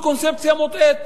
זו קונספציה מוטעית.